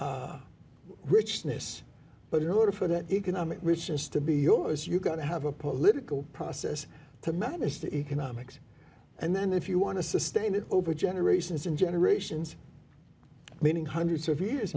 richness but in order for that economic richness to be yours you've got to have a political process to manage the economics and then if you want to sustain it over generations and generations meaning hundreds of years